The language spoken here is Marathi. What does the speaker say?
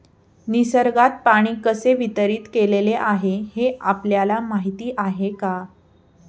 निसर्गात पाणी कसे वितरीत केलेले आहे हे आपल्याला माहिती आहे का?